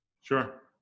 sure